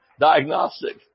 diagnostic